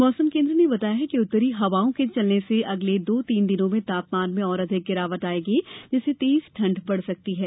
मौसम केन्द्र ने बताया कि उत्तरी हवाओं के चलने से अगले दो से तीन दिनों में तापमान में और अधिक गिरावट आयेगी जिससे तेज ठण्ड बढ़ सकती है